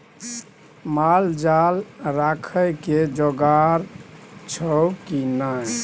माल जाल राखय के जोगाड़ छौ की नै